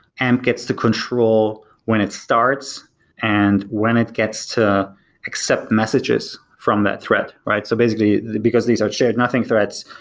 amp gets to control when it starts and when it gets to accept messages from that threat, right? so basically, because these are shared nothing threats,